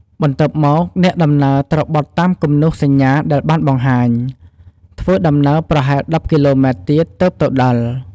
បន្ទាប់មកអ្នកដំណើរត្រូវបត់តាមគំនូសសញ្ញាដែលបានបង្ហាញ ធ្វើដំណើរប្រហែល១០គីឡូម៉ែត្រទៀតទើបទៅដល់។